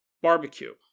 barbecue